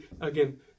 again